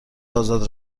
آزاد